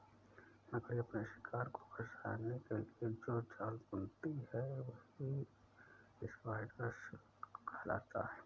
मकड़ी अपने शिकार को फंसाने के लिए जो जाल बुनती है वही स्पाइडर सिल्क कहलाता है